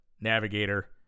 navigator